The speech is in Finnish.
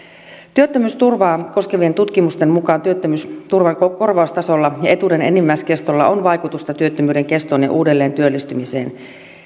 työttömyysturvaa koskevien tutkimusten mukaan työttömyysturvan korvaustasolla ja etuuden enimmäiskestolla on vaikutusta työttömyyden kestoon ja uudelleentyöllistymiseen